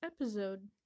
episode